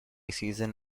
season